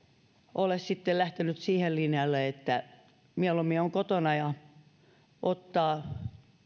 ole lähtenyt sille linjalle että mieluummin on kotona ja ottaa